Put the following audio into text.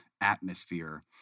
atmosphere